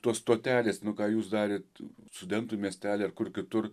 tos stotelės nu ką jūs darėt studentų miestely ar kur kitur